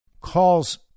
calls